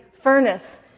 furnace